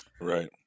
right